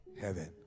heaven